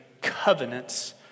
covenants